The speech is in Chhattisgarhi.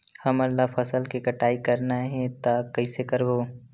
हमन ला फसल के कटाई करना हे त कइसे करबो?